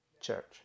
Church